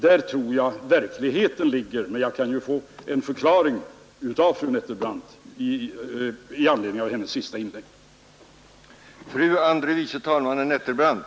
Där tror jag verkligheten ligger, men jag kanske kan få en förklaring av fru Nettelbrandt vad hon menade.